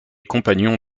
compagnon